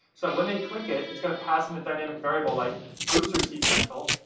so when they click it, it's gonna pass in a dynamic variable like booster seat rental.